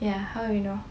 ya how you know